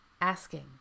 asking